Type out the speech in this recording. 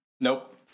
Nope